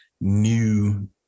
new